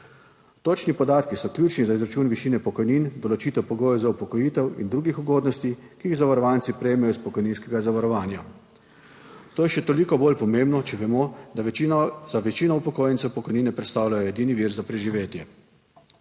Točni podatki so ključni za izračun višine pokojnin, določitev pogojev za upokojitev in drugih ugodnosti, ki jih zavarovanci prejmejo iz pokojninskega zavarovanja. To je še toliko bolj pomembno, če vemo, da večina, za večino upokojencev pokojnine predstavljajo edini vir za preživetje.